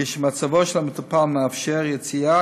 כשמצבו של המטופל מאפשר יציאה,